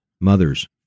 mothers